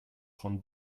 trente